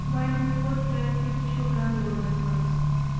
وَنۍ کوٗت ٹرٛیفِک چھُ بٮ۪نٛگلورَس منٛز